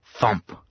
Thump